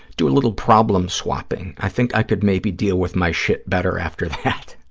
do a little problem-swapping. i think i could maybe deal with my shit better after that.